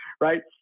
right